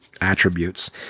attributes